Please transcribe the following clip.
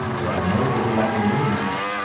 there are no overlapping room numbers.